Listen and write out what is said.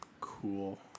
cool